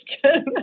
question